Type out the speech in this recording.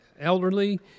elderly